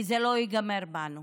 כי זה לא ייגמר בנו,